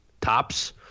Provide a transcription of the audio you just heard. tops